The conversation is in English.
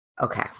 Okay